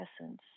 essence